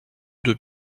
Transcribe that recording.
deux